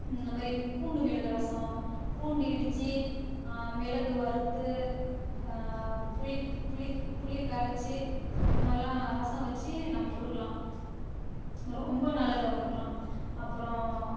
இந்த மாதிரி பூண்டு மிளகு ரசம் பூண்டு இடித்து மிளகு வறுத்து புளிக் புளி புளியை கரைத்து இந்த மாதிரிலாம் ரசம் வைச்சு நம்ம கொடுக்கலாம் ரொம்ப நல்லது அவங்களுக்குலாம் அப்புறம்